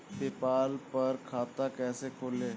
PayPal पर खाता कैसे खोलें?